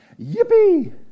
yippee